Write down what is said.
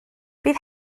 bydd